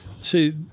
see